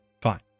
Fine